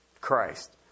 Christ